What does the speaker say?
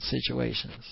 situations